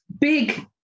big